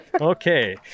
okay